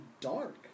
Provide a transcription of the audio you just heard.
dark